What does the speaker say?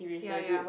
ya ya